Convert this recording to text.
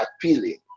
appealing